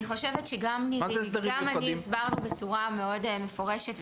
אני חושבת שגם נירית וגם אני הסברנו בצורה מאוד מפורשת,